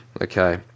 Okay